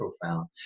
profound